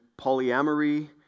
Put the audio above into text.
polyamory